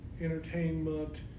entertainment